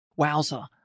Wowza